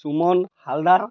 Suman Haldar